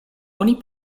oni